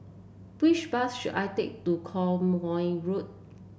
which bus should I take to Quemoy Road